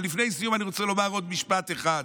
לפני סיום, אני רוצה לומר עוד משפט אחד: